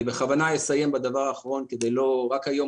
אני בכוונה אסיים בדבר האחרון כדי לא רק היום